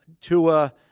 Tua